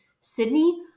sydney